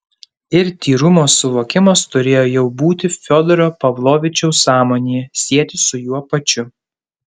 ir tyrumo suvokimas turėjo jau būti fiodoro pavlovičiaus sąmonėje sietis su juo pačiu